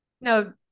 no